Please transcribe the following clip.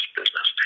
business